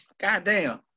goddamn